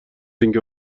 اینکه